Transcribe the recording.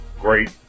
great